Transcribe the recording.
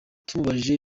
tumubajije